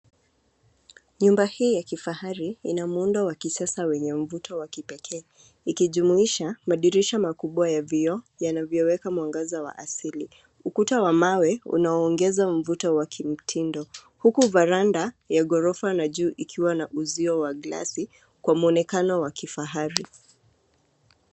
Nyumba hii ya kifahari ina muundo wa kisasa wenye mvuto wa kipekee, ikijumuisha madirisha makubwa ya vioo yanavyoweka mwangaza wa asili. Ukuta wa mawe unaongeza mvuto wa kimtindo, huku varanda ya ghorofa na juu ikiwa na uzio wa glasi, kwa mwonekano wa kifahari.